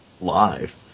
live